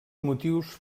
motius